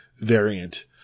variant